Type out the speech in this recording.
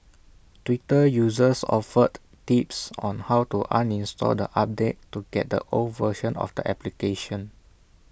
Twitter users offered tips on how to uninstall the update to get the old version of the application